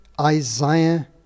Isaiah